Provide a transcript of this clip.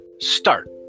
Start